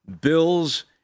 bills